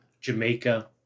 Jamaica